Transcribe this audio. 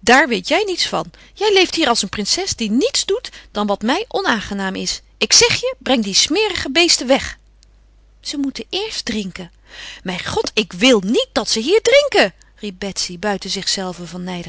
daar weet jij niets van jij leeft hier als een prinses die niets doet dan wat mij onaangenaam is ik zeg je breng die smerige beesten weg ze moeten eerst drinken mijn god ik wil niet dat ze hier drinken riep betsy buiten zichzelve van